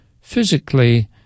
physically